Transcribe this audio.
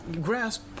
grasp